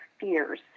fears